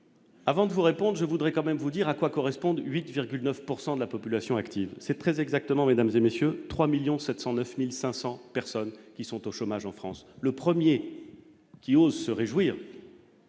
avant de vous réponde, je voudrais quand même vous dire à quoi correspondent 8,9 pourcent de la population active, c'est très exactement, mesdames et messieurs, 3 1000000 709500 personnes qui sont au chômage en France le 1er qui osent se réjouir.